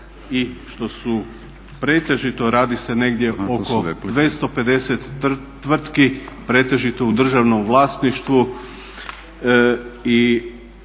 i što su pretežito, radi se negdje oko 250 tvrtki pretežito u državnom vlasništvu